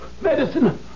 Medicine